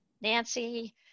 Nancy